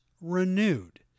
renewed